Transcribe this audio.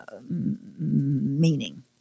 meaning